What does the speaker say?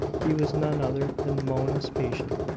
he was none other than mona's patient,